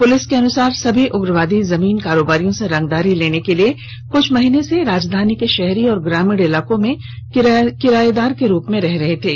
police के अनुसार सभी उग्रवादी जमीन कारोबारियों से रंगदारी लेने के लिए कुछ महीने से राजधानी के शहरी और ग्रामीण इलाके में किरायेदार के रूप में रह रहे थे